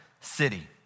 city